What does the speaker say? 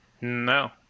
No